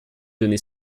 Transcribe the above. donner